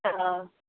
آ